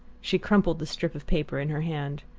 she crumpled the strip of paper in her hand.